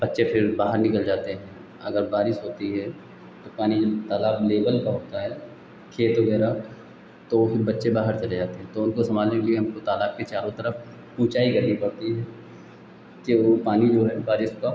बच्चे फ़िर बाहर निकल जाते हैं अगर बारिश होती है तो पानी जब तालाब लेबल का होता है खेत वगैरह तो फ़िर बच्चे बाहर चले जाते हैं तो उनको संभालने के लिए हमको तालाब के चारों तरफ ऊँचाई करनी पड़ती है जो पानी जो है बारिश का